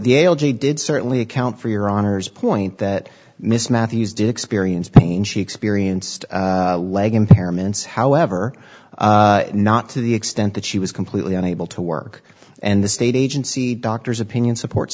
the algae did certainly account for your honor's point that miss matthews did experience pain she experienced leg impairments however not to the extent that she was completely unable to work and the state agency doctor's opinion supports